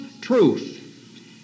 truth